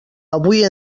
avui